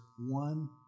one